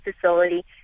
facility